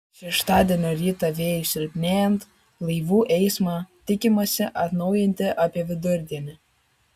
šeštadienio rytą vėjui silpnėjant laivų eismą tikimasi atnaujinti apie vidurdienį